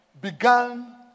began